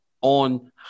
on